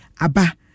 Aba